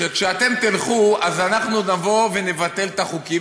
שכשאתם תלכו אז אנחנו נבוא ונבטל את החוקים,